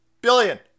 Billion